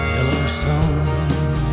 Yellowstone